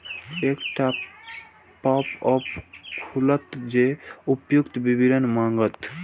एकटा पॉपअप खुलत जे उपर्युक्त विवरण मांगत